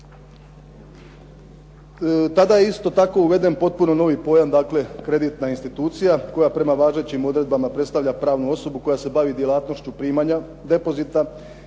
Tada je isto tako uveden potpuno novi pojam dakle kreditna institucija koja prema važećim odredbama predstavlja pravnu osobu koja se bavi djelatnošću primanja depozita